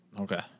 Okay